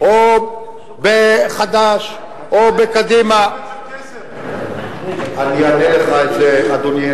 או בחד"ש, או בקדימה, אני אענה לך על זה, אדוני.